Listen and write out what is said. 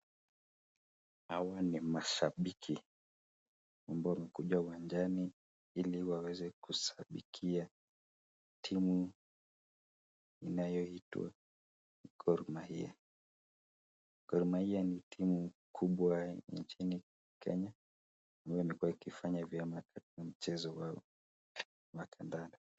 Hawa ni mashabiki ambao wamekuja uwanjani ili waweze kushabikia timu inayoitwa Gor Mahia. Gor Mahia ni timu kubwa nchini Kenya ambayo imekuwa ikifanya vyema katika mchezo wao wa kandanda.